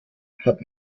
hat